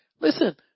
Listen